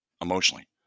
emotionally